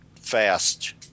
fast